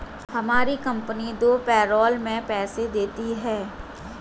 हमारी कंपनी दो पैरोल में पैसे देती है